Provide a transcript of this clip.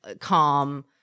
calm